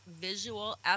Visual